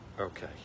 Okay